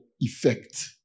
effect